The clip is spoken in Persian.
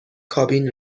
کابین